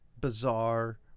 bizarre